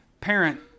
parent